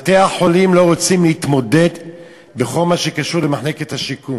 בתי-החולים לא רוצים להתמודד עם כל מה שקשור למחלקת השיקום.